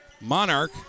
Monarch